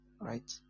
right